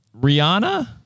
Rihanna